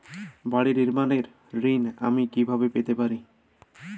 বাড়ি নির্মাণের ঋণ আমি কিভাবে পেতে পারি?